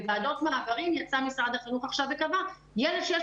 בוועדות מעברים משרד החינוך קבע שילד שיש